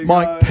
Mike